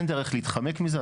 אין דרך להתחמק מזה,